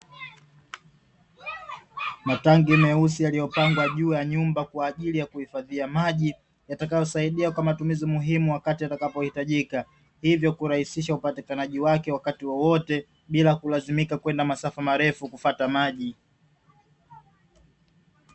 Matangi meusi yaliyopangwa juu ya nyumba kwa ajili ya kuhifadhia maji, yatakayosaidia kwa matumizi muhimu wakati yatakapohitajika hivyo kurahisisha upatikanaji wake wakati wowote, bila kulazimika kwenda masafa marefu kufata maji.